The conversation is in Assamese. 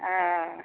অঁ